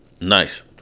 Nice